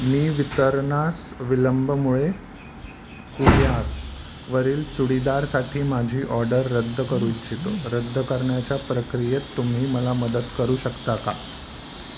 मी वितरणास विलंबमुळे कुरियासवरील चुडीदारसाठी माझी ऑर्डर रद्द करू इच्छितो रद्द करण्याच्या प्रक्रियेत तुम्ही मला मदत करू शकता का